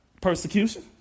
persecution